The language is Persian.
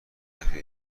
حرفه